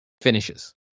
finishes